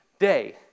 day